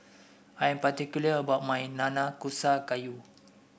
I am particular about my Nanakusa Gayu